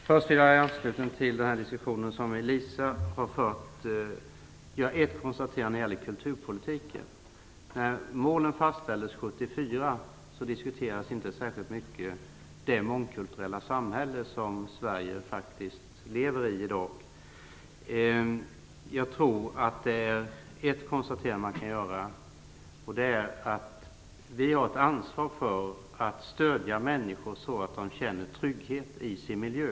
Fru talman! I anslutning till den diskussion som Elisa Abascal Reyes fört vill jag göra ett konstaterande när det gäller kulturpolitiken. När målen fastställdes 1974 diskuterades inte särskilt mycket det mångkulturella samhälle som Sverige faktiskt består av i dag. Och det konstaterande som jag tror att man kan göra är att vi har ett ansvar för att stödja människor så att de känner trygghet i sin miljö.